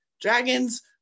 dragons